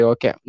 Okay